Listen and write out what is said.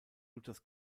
luthers